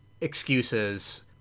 excuses